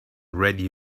ready